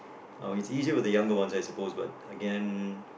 uh easy with the younger ones I supposed but again